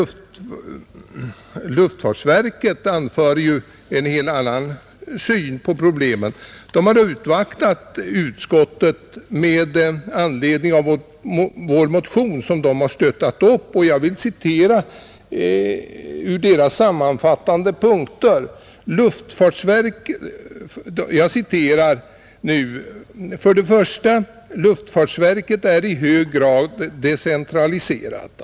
Luftfartsverket har också en helt annan syn på problemen. Verket har uppvaktat utskottet med anledning av vår motion och stöttat upp denna. Jag vill citera ur verkets sammanfattande punkter: ”1) Luftfartsverket är i hög grad decentraliserat.